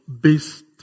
based